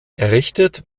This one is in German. errichtet